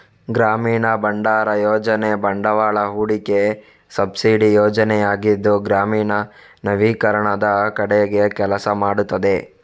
ಗ್ರಾಮೀಣ ಭಂಡಾರ ಯೋಜನೆ ಬಂಡವಾಳ ಹೂಡಿಕೆ ಸಬ್ಸಿಡಿ ಯೋಜನೆಯಾಗಿದ್ದು ಗ್ರಾಮೀಣ ನವೀಕರಣದ ಕಡೆಗೆ ಕೆಲಸ ಮಾಡುತ್ತದೆ